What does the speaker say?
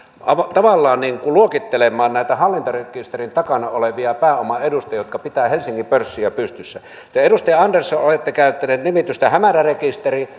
tavallaan luokittelemaan näitä hallintarekisterin takana olevia pääoman edustajia jotka pitävät helsingin pörssiä pystyssä te edustaja andersson olette käyttänyt nimitystä hämärärekisteri